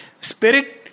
Spirit